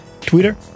Twitter